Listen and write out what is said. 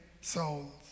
souls